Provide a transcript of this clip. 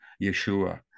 Yeshua